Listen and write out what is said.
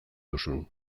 duzun